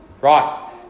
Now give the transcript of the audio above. Right